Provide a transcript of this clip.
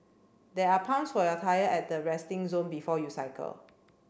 there are pumps for your tyre at the resting zone before you cycle